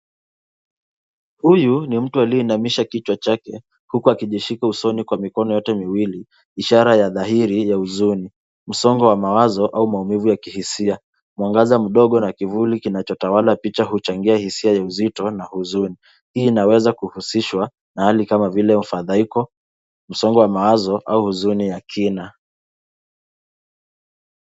Huyu ni mtu aliyeinamisha kichwa chake huku akijishika usoni kwa mikono yote miwili, ishara ya dhahiri ya huzuni, Msongo wa mawazo au maumivu ya kihisia. Mwangaza mdogo na kivuli kinachotawala picha huchangia hisia ya uzito na huzuni. Hii inaweza kuhusishwa na hali kama vile mfadhaiko , msongo wa mawazo au huzuni ya kina.